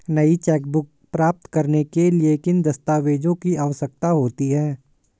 नई चेकबुक प्राप्त करने के लिए किन दस्तावेज़ों की आवश्यकता होती है?